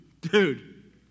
dude